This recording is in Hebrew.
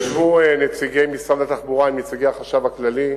ישבו נציגי משרד התחבורה עם נציגי החשב הכללי,